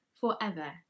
forever